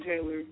Taylor